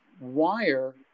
wire